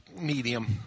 medium